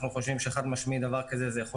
אנחנו חושבים חד-משמעית שדבר כזה יכול